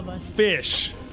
fish